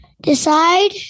Decide